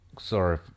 sorry